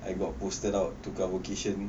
I got posted out tukar vocation